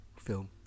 film